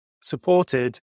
supported